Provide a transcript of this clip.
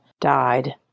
died